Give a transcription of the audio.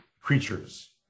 creatures